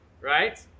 right